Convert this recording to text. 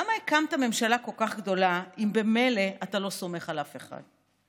למה הקמת ממשלה כל כך גדולה אם ממילא אתה לא סומך על אף אחד?